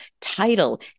title